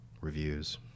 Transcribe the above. reviews